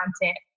content